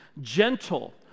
gentle